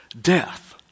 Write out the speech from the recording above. death